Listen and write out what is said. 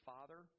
Father